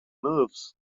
nerves